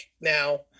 now